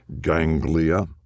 ganglia